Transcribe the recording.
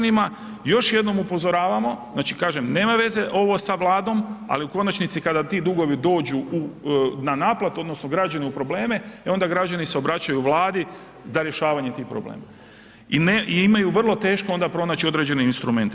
Još jednom upozoravamo, znači kažem nema veze ovo sa vladom, ali u konačnici kada ti dugovi dođu na naplatu odnosno građani u probleme, e onda građani se obraćaju vladi za rješavanje tih problema i imaju vrlo teško onda pronaći određene instrumente.